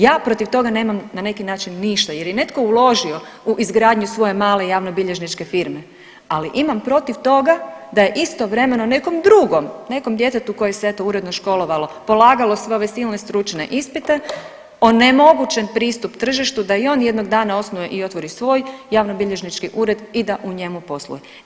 Ja protiv toga nemam na neki način ništa jer je netko uložio u izgradnju svoje male javnobilježničke firme, ali imam protiv toga da je istovremeno nekom drugom, nekom djetetu koji se eto, uredno školovalo, polagalo sve ove silne stručne ispite, onemogućen pristup tržištu da i on jednog dana osnuje i otvori svoj javnobilježnički ured i da u njemu posluje.